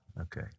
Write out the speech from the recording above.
Okay